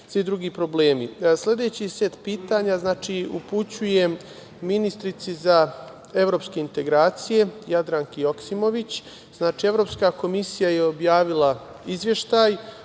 svi drugi problemi. Sledeći set pitanja upućujem ministarki za evropske integracije Jadranki Joksimović. Znači, Evropska komisija je objavila Izveštaj